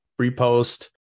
repost